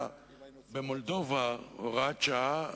במולדובה הוראת השעה,